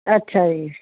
ਅੱਛਾ ਜੀ